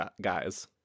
guys